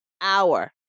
hour